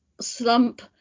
slump